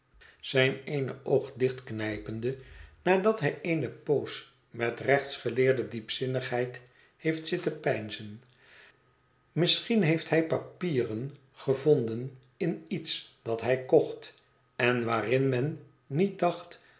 zijn ééne oog dichtknijpende nadat hij eene poos met rechtsgeleerde diepzinnigheid heeft zitten peinzen misschien heeft hij papieren gevonden in iets dat hij kocht en waarin men niet dacht